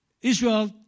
Israel